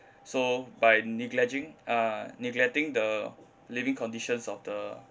so by negleging uh neglecting the living conditions of the